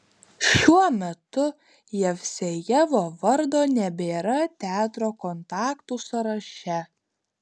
šiuo metu jevsejevo vardo nebėra teatro kontaktų sąraše